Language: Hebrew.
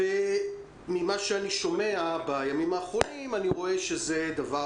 ממה שאני שומע בימים האחרונים, אני רואה שזה דבר